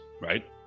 right